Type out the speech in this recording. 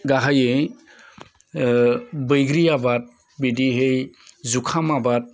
गाहाइयै बैग्रि आबाद बिदिहै जुखाम आबाद